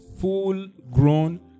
full-grown